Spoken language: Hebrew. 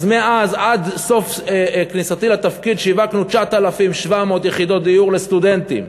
אז מאז עד סוף כהונתי בתפקיד שיווקנו 9,700 יחידות דיור לסטודנטים.